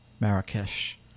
Marrakesh